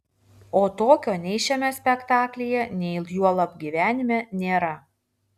o tokio nei šiame spektaklyje nei juolab gyvenime nėra